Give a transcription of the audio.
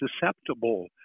susceptible